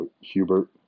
Hubert